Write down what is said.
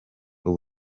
ubu